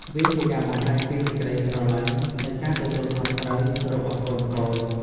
វាជាការបង្ហាញពីសេចក្តីស្រឡាញ់ និងការទទួលខុសត្រូវរបស់កូនៗ។